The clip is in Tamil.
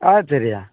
ஆ சரிய்யா